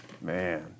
Man